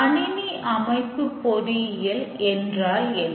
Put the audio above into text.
கணினி அமைப்பு பொறியியல் என்றால் என்ன